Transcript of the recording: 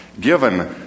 given